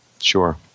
Sure